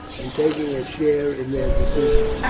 and taking a share in their decision.